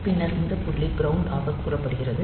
பின்னர் இந்த புள்ளி க்ரௌண்ட் ஆகக் கூறப்படுகிறது